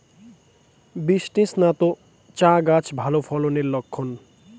বৃষ্টিস্নাত চা গাছ ভালো ফলনের লক্ষন